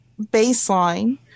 baseline